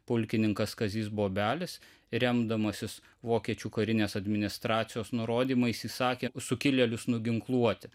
pulkininkas kazys bobelis remdamasis vokiečių karinės administracijos nurodymais įsakė sukilėlius nuginkluoti